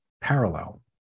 parallel